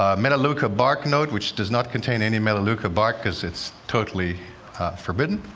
ah melaleuca bark note which does not contain any melaleuca bark, because it's totally forbidden.